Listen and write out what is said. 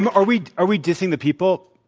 and are we are we dissing the people?